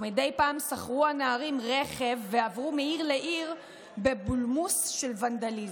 אך מדי פעם שכרו הנערים רכב ועברו מעיר לעיר בבולמוס של ונדליזם.